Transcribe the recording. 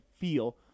feel